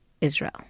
Israel